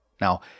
Now